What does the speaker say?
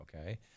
Okay